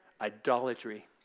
idolatry